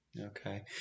Okay